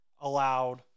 allowed